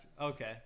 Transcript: okay